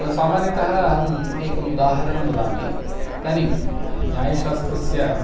सामान्यतः अहम् एकम् उदाहरणं वदामि इदानीं न्यायशास्त्रस्य